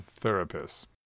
therapists